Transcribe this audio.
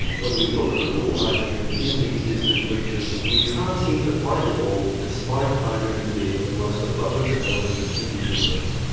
when we look for cool hydrogen in these distant reaches, we can't seem to find it all, despite hydrogen being the most abundant element in the universe.